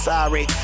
Sorry